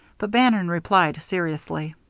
but bannon replied seriously